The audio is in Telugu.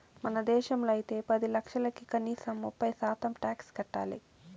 మన దేశంలో అయితే పది లక్షలకి కనీసం ముప్పై శాతం టాక్స్ కట్టాలి